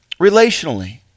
Relationally